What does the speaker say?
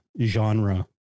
genre